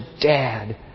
Dad